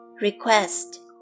request